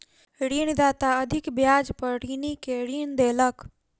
ऋणदाता अधिक ब्याज पर ऋणी के ऋण देलक